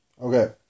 okay